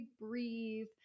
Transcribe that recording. breathe